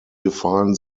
define